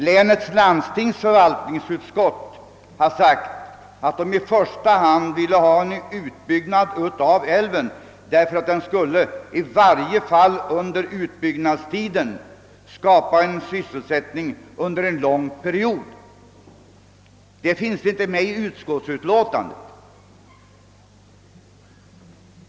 Länets landstings förvaltningsutskott har sagt att man i första hand vill ha en utbyggnad av älven, därför att en sådan i varje fall under byggnadstiden skulle skapa sysselsättning under en lång period. Det uttalandet finns inte med i utlåtandet.